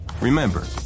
Remember